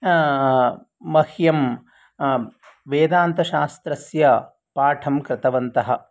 मह्यं वेदान्तशास्त्रस्य पाठं कृतवन्तः